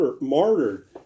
martyred